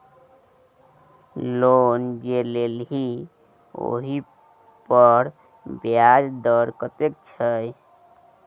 loan जे लेलही ओहिपर ब्याज दर कतेक छौ